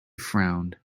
frowned